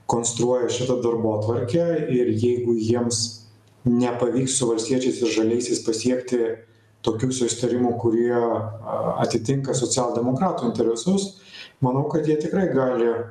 konstruoja šitą darbotvarkę ir jeigu jiems nepavyks su valstiečiais ir žaliaisiais pasiekti tokių susitarimų kurie atitinka socialdemokratų interesus manau kad jie tikrai gali